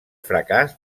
fracàs